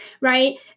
right